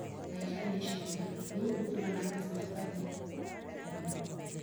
Maisha ngeshinda niinkundi vana klifo vafanyia mhh